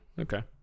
okay